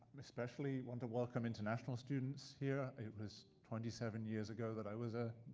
especially want to welcome international students here. it was twenty seven years ago that i was a